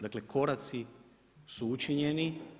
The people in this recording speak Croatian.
Dakle, koraci su učinjeni.